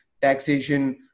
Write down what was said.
taxation